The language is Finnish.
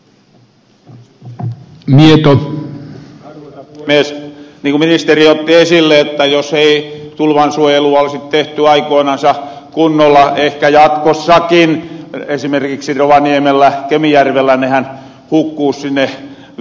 niin kuin ministeri otti esille jos ei tulvasuojelua olisi tehty aikoinansa kunnolla ehkä jatkossakin esimerkiksi rovaniemi kemijärvi hukkuus sinne vetehen